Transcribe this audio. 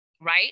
right